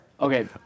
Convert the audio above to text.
Okay